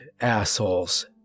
assholes